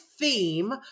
theme